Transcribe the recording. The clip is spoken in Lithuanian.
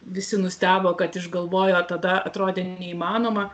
visi nustebo kad išgalvojo tada atrodė neįmanoma